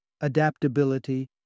adaptability